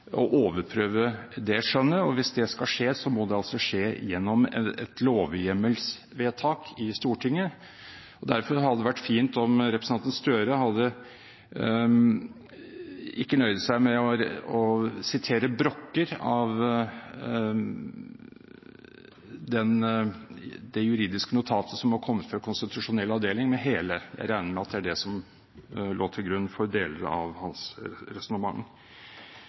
å overprøve det skjønnet. Hvis det skal skje, må det skje gjennom et lovhjemmelsvedtak i Stortinget. Derfor hadde det vært fint om representanten Støre ikke nøyde seg med å sitere brokker av det juridiske notatet som har kommet fra konstitusjonell avdeling, men hele. Jeg regner med at det lå til grunn for deler av hans resonnement.